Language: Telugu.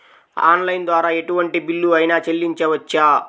ఆన్లైన్ ద్వారా ఎటువంటి బిల్లు అయినా చెల్లించవచ్చా?